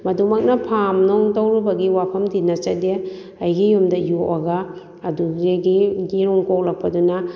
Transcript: ꯃꯗꯨꯃꯛꯅ ꯐꯥꯝ ꯅꯨꯡ ꯇꯧꯔꯨꯕꯒꯤ ꯋꯥꯐꯝꯗꯤ ꯅꯠꯆꯗꯦ ꯑꯩꯒꯤ ꯌꯨꯝꯗ ꯌꯣꯛꯑꯒ ꯑꯗꯨꯗꯒꯤ ꯌꯦꯔꯨꯝ ꯀꯣꯛꯂꯛꯄꯗꯨꯅ